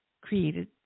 created